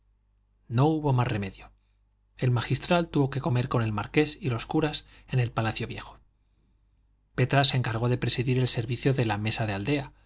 no hubo más remedio el magistral tuvo que comer con el marqués y los curas en el palacio viejo petra se encargó de presidir el servicio de la mesa de aldea